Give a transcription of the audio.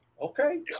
Okay